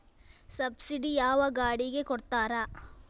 Subsidy ಯಾವ ಗಾಡಿಗೆ ಕೊಡ್ತಾರ?